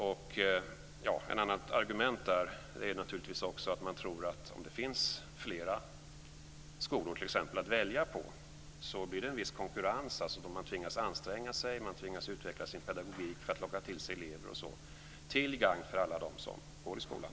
Ett annat argument är att om det finns fler skolor att välja på blir det en viss konkurrens, dvs. man tvingas anstränga sig, man tvingas utveckla sin pedagogik för att locka till sig elever, till gagn för alla dem som går i skolan.